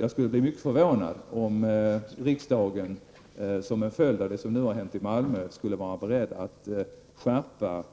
Jag skulle bli mycket förvånad om riskdagen, som en följd av det som hänt i Malmö, skulle vara beredd att skärpa